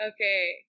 okay